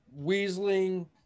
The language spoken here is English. weaseling